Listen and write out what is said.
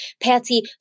Patsy